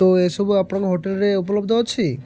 ତ ଏସବୁ ଆପଣଙ୍କ ହୋଟେଲରେ ଉପଲବ୍ଧ ଅଛି